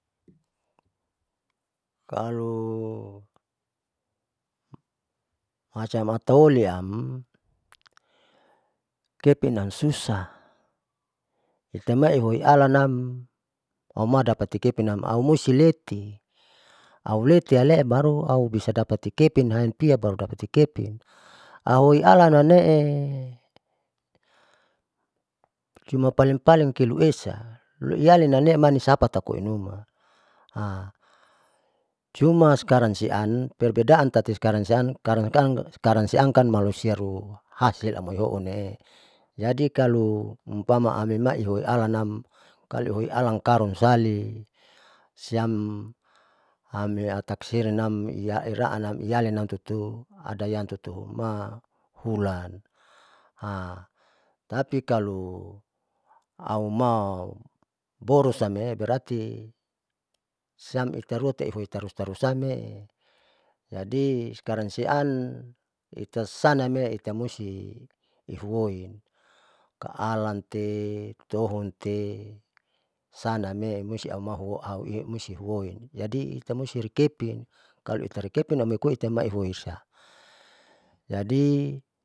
Kalu macam ataoliam kepinam susah itamai ihoialanam auma dapati tutunam aaumusti leti, auletiale aubisa dapati kepinam sitiap baru audapati kepin auhoi alanamnee cuman palin palin kiloesa loiyalin namne maisapa koinuma cuman sekarang sian perbedaan tati sikran siam karan karan ikalansiam kan malusia luhasle amoihoon name, jadikalu siumpama amimai hoialanam kaloihoi alan karunlali siam amiakakaselanam iyairaannam iyalinam tutu adayang tutuma hulan tapi kalu auma boros ambararti siam itarua loiheu tarus tarusamnee, jadi sekaran siam itasayangmee itamusti ihuoi kaalan te itoun te sanamee musti au mahu auma itehuoin jaidi itae musti rikepin kaloitarikepin amoi koaitamai bisa jadi.